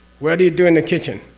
what do you do in the kitchen?